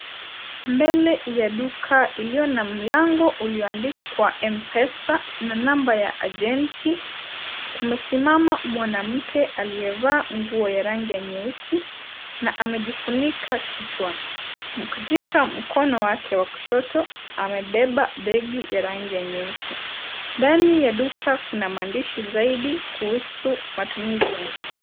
Mbele ya duka iliyo na mlango ulioandikwa M-Pesa na namba ya agenti amesimama mwanamke aliyevaa nguo ya rangi ya nyeusi na amejifunika kichwa katika mkono wake wa kushoto amebeba begi ya rangi nyeusi, ndani ya duka kuna maandishi zaidi kuhusu matumizi.